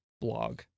blog